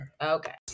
Okay